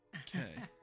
okay